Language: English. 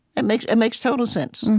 it makes it makes total sense.